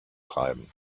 treiben